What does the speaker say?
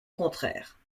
contraire